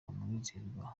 umwizerwa